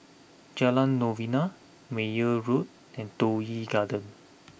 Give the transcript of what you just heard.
Jalan Novena Meyer Road and Toh Yi Garden